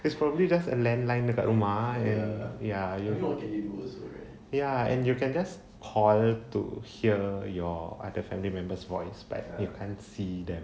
it's probably just a land line dekat rumah yang ya ya ya and you can just call to hear your other family members voice but you can't see that